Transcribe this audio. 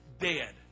dead